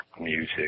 music